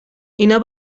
اینها